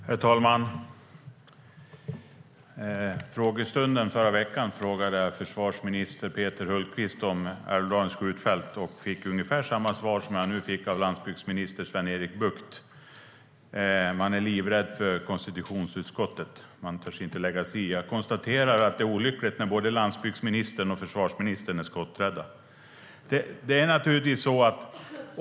Herr talman! Vid frågestunden förra veckan frågade jag försvarsminister Peter Hultqvist om Älvdalens skjutfält och fick ungefär samma svar som jag nu fick av landsbygdsminister Sven-Erik Bucht. Man är livrädd för konstitutionsutskottet och törs inte lägga sig i. Det är olyckligt när både landsbygdsministern och försvarsministern är skotträdda.